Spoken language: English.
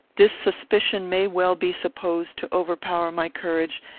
this suspicion may well be supposed to overpower my courage,